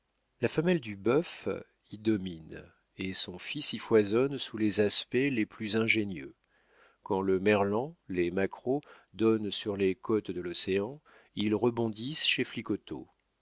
la femelle du bœuf y domine et son fils y foisonne sous les aspects les plus ingénieux quand le merlan les maquereaux donnent sur les côtes de l'océan ils rebondissent chez